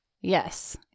Yes